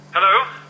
Hello